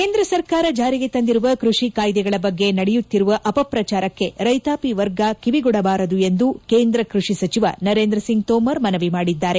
ಕೇಂದ್ರ ಸರ್ಕಾರ ಜಾರಿಗೆ ತಂದಿರುವ ಕೃಷಿ ಕಾಯ್ದೆಗಳ ಬಗ್ಗೆ ನಡೆಯುತ್ತಿರುವ ಅಪಪ್ರಚಾರಕ್ಕೆ ರೈತಾಪಿ ವರ್ಗ ಕಿವಿಗೊಡಬಾರದು ಎಂದು ಕೇಂದ್ರ ಕೃಷಿ ಸಚಿವ ನರೇಂದ್ರ ಸಿಂಗ್ ತೋಮರ್ ಮನವಿ ಮಾಡಿದ್ದಾರೆ